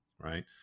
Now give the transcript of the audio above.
right